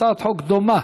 הצעת חוק דומה,